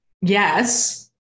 yes